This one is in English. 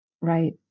Right